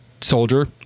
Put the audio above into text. soldier